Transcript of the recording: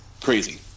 crazy